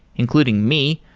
including me.